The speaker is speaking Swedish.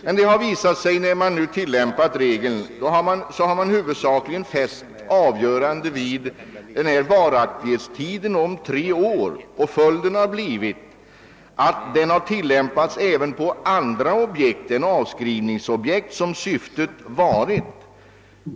När denna regel nu tillämpats har man huvudsakligen fäst avseende vid varaktighetstiden, alltså tre år. Följden har blivit, att regeln har tillämpats också på andra objekt än avskrivningsobjekt, som syftet var.